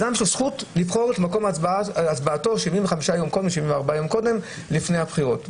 לאדם יש זכות לבחור את מקום הצבעתו 75 יום לפני הבחירות,